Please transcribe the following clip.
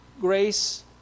grace